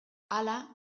hala